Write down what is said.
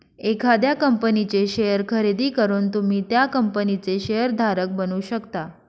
एखाद्या कंपनीचे शेअर खरेदी करून तुम्ही त्या कंपनीचे शेअर धारक बनू शकता